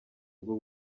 bwo